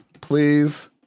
please